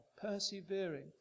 persevering